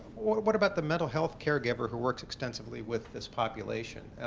what about the mental health care giver who works extensively with this population.